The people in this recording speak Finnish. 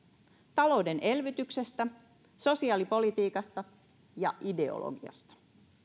talouden elvytyksestä sosiaalipolitiikasta ja ideologiasta